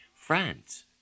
France